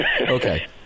Okay